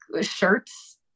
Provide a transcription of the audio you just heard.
shirts